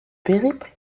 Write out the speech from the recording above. périple